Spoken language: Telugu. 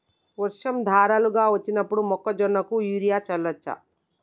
వర్షం ధారలుగా వచ్చినప్పుడు మొక్కజొన్న కు యూరియా చల్లచ్చా?